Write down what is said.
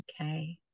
Okay